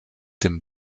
dem